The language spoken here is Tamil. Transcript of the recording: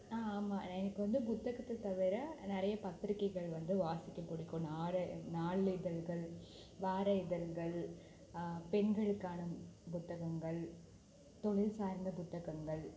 ஆ ஆமாம் எனக்கு வந்து புத்தகத்தை தவிர நிறைய பத்திரிக்கைகள் வந்து வாசிக்க பிடிக்கும் நார நாளிதழ்கள் வார இதழ்கள் பெண்களுக்கான புத்தகங்கள் தொழில் சார்ந்த புத்தகங்கள்